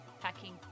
packing